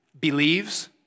believes